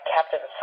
Captain